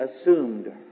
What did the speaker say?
assumed